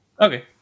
Okay